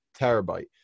terabyte